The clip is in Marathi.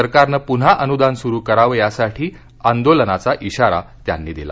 सरकारनं पुन्हा अनुदान सुरू करावं यासाठी आंदोलनाचा इशारा त्यांनी दिला